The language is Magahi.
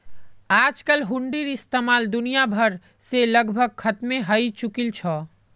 आजकल हुंडीर इस्तेमाल दुनिया भर से लगभग खत्मे हय चुकील छ